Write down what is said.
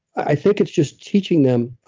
i think it's just teaching them,